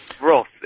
Ross